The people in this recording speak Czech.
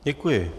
Děkuji.